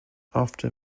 after